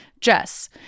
Jess